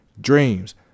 Dreams